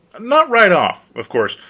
not right off, of course,